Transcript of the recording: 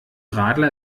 radler